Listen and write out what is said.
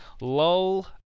lol